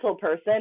person